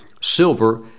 silver